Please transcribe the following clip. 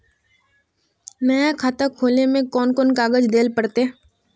नया खाता खोले में कौन कौन कागज देल पड़ते?